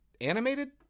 animated